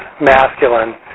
masculine